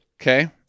Okay